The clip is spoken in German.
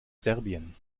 serbien